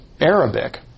Arabic